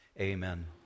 amen